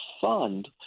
fund